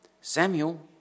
Samuel